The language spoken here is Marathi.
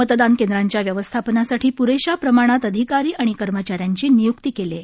मतदान केंद्रांच्या व्यवस्थापनासाठी प्रेशा प्रमाणात अधिकारी आणि कर्मचाऱ्यांची नियुक्ती केली आहे